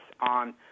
on